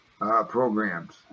programs